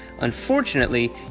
Unfortunately